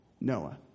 Noah